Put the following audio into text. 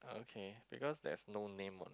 okay because there's no name on it